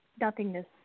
nothingness